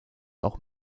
auch